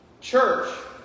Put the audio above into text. Church